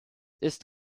ist